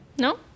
No